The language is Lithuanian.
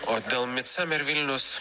o dėl midsamer vilnius